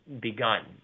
begun